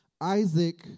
Isaac